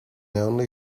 only